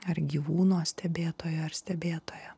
ar gyvūno stebėtoju ar stebėtoja